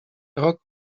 rok